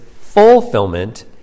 fulfillment